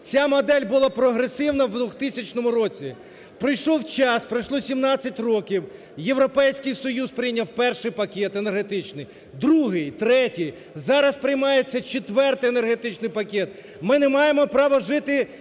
Ця модель була прогресивна в 2000 році. Пройшов час, пройшло 17 років, Європейський Союз прийняв Перший пакет енергетичний, Другий, Третій, зараз приймається Четвертий енергетичний пакет. Ми не маємо права жити